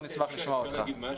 נשמח לשמוע אותו.